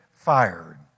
fired